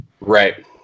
Right